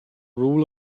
rule